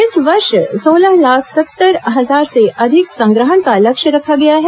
इस वर्ष सोलह लाख सत्तर हजार से अधिक संग्रहण का लक्ष्य रखा गया है